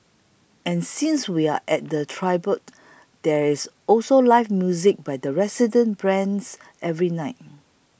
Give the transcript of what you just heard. and since we're at Timbre there's also live music by resident bands every night